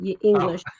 English